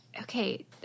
Okay